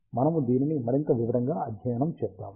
మనము దీనిని మరింత వివరంగా అధ్యయనం చేద్దాము